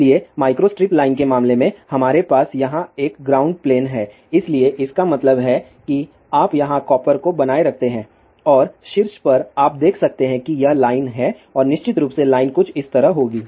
इसलिए microstrip line के मामले में हमारे पास यहाँ पर एक ग्राउंड प्लेन है इसलिए इसका मतलब है कि आप यहाँ कॉपर को बनाए रखते हैं और शीर्ष पर आप देख सकते हैं कि यह लाइन है और निश्चित रूप से लाइन कुछ इस तरह होगी